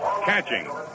catching